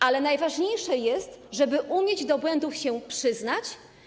Ale najważniejsze jest, żeby umieć się do błędów przyznać.